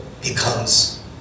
becomes